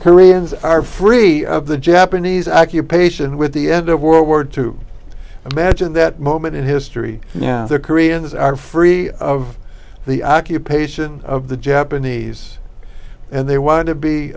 koreans are free of the japanese accu patient with the end of world war two match in that moment in history now the koreans are free of the occupation of the japanese and they want to be